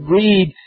read